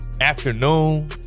afternoon